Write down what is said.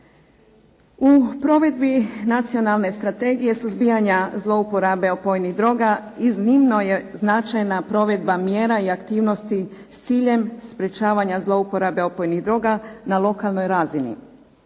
U provedbi Nacionalne strategije suzbijanja zlouporabe opojnih droga iznimno je značajna provedba mjera i aktivnosti s ciljem sprečavanja zlouporabe opojnih droga na lokalnoj razini.